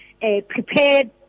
prepared